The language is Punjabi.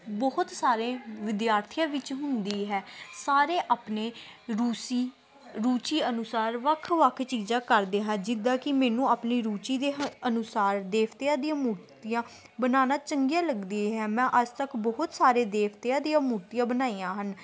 ਬਹੁਤ ਸਾਰੇ ਵਿਦਿਆਰਥੀਆਂ ਵਿੱਚ ਹੁੰਦੀ ਹੈ ਸਾਰੇ ਆਪਣੇ ਰੂਸੀ ਰੁਚੀ ਅਨੁਸਾਰ ਵੱਖ ਵੱਖ ਚੀਜ਼ਾਂ ਕਰਦੇ ਹਾਂ ਜਿੱਦਾਂ ਕਿ ਮੈਨੂੰ ਆਪਣੀ ਰੁਚੀ ਦੇ ਹੀ ਅਨੁਸਾਰ ਦੇਵਤਿਆਂ ਦੀਆਂ ਮੂਰਤੀਆਂ ਬਣਾਉਣਾ ਚੰਗੀਆਂ ਲੱਗਦੀਆਂ ਹੈ ਮੈਂ ਅੱਜ ਤੱਕ ਬਹੁਤ ਸਾਰੇ ਦੇਵਤਿਆਂ ਦੀਆਂ ਮੂਰਤੀਆਂ ਬਣਾਈਆਂ ਹਨ